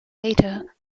later